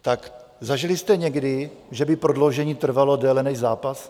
Tak zažili jste někdy, že by prodloužení trvalo déle než zápas?